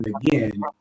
again